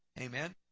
Amen